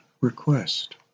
request